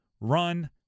run